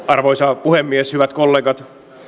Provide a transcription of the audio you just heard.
arvoisa puhemies hyvät kollegat